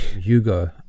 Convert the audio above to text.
Hugo